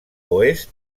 oest